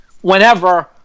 whenever